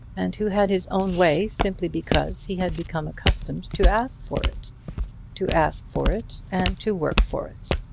and who had his own way simply because he had become accustomed to ask for it to ask for it and to work for it.